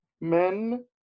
men